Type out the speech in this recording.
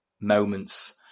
moments